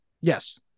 Yes